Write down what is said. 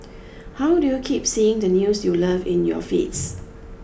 how do you keep seeing the news you love in your feeds